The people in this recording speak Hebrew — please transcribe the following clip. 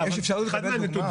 מה שחסר לנו במצגת שלכם --- אחד